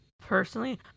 personally